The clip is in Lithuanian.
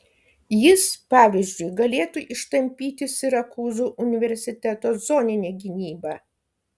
jis pavyzdžiui galėtų ištampyti sirakūzų universiteto zoninę gynybą